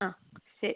ആ ശരി